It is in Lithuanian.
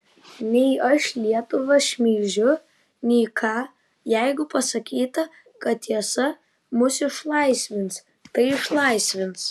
nei aš lietuvą šmeižiu nei ką jeigu pasakyta kad tiesa mus išlaisvins tai išlaisvins